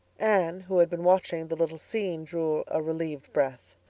anne, who had been watching the little scene, drew a relieved breath.